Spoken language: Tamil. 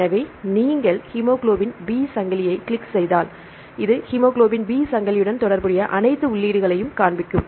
எனவே நீங்கள் ஹீமோகுளோபின் பி சங்கிலியைக் கிளிக் செய்தால் எனவே இது ஹீமோகுளோபின் பி சங்கிலியுடன் தொடர்புடைய அனைத்து உள்ளீடுகளையும் காண்பிக்கும்